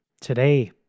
today